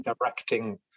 directing